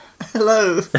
Hello